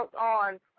on